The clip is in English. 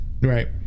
Right